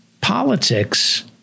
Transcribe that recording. Politics